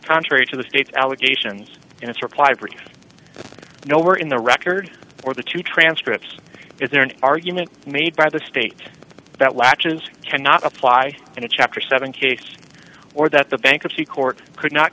contrary to the state's allegations in its reply brief nowhere in the record or the two transcripts is there an argument made by the state that latches cannot apply in a chapter seven case or that the bankruptcy court could not